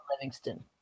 Livingston